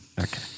Okay